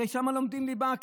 הרי שם לומדים ליבה,